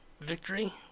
victory